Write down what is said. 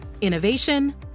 Innovation